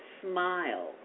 smile